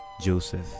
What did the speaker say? Joseph